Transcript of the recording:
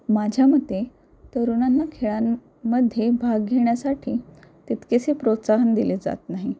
माझ्या मते तरुणांना खेळांमध्ये भाग घेण्यासाठी तितकेसे प्रोत्साहन दिले जात नाही